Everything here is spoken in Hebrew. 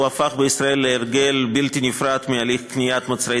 הפך בישראל להרגל בלתי נפרד מהליך קניית מוצרי